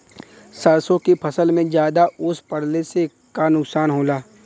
सरसों के फसल मे ज्यादा ओस पड़ले से का नुकसान होला?